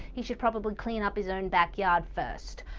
he should probably clean up his own backyard first.